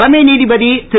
தலைமை நீதிபதி திரு